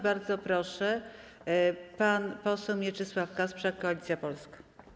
Bardzo proszę, pan poseł Mieczysław Kasprzak, Koalicja Polska.